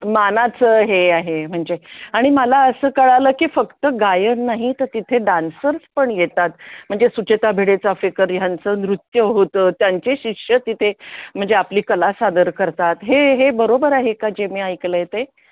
मानाचं हे आहे म्हणजे आणि मला असं कळालं की फक्त गायन नाही तर तिथे डान्सर्स पण येतात म्हणजे सुचेता भिडेचा चाफेकर ह्यांचं नृत्य होतं त्यांचे शिष्य तिथे म्हणजे आपली कला सादर करतात हे हे बरोबर आहे का जे मी ऐकलं आहे ते